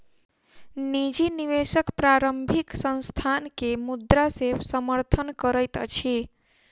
निजी निवेशक प्रारंभिक संस्थान के मुद्रा से समर्थन करैत अछि